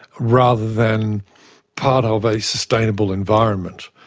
rather than part of a sustainable environment.